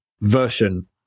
version